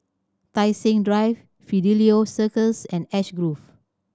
Tai Seng Drive Fidelio Circus and Ash Grove